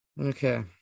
Okay